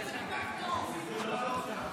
חבריי חברי הכנסת --- מה קורה עם ה-MRI,